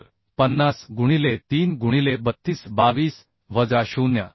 तर 50 गुणिले 3 गुणिले 32 22 वजा 0